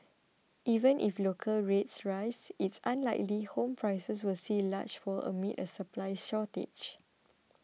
even if local rates rise it's unlikely home prices will see a large fall amid a supply shortage